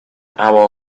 hour